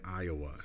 Iowa